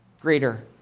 greater